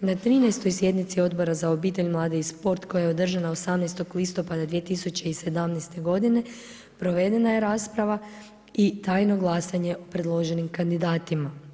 na 13. sjednici Odbora za obitelj, mlade i sport koja je održana 18. listopada 2017. godine, provedena je rasprava i tajno glasanje o predloženim kandidatima.